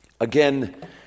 Again